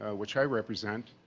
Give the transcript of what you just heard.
which i represent,